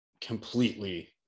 completely